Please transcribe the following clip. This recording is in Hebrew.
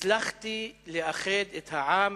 הצלחתי לאחד את העם